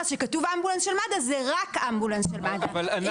אז כשכתוב אמבולנס של מד"א זה רק אמבולנס של מד"א.